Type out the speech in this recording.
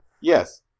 Yes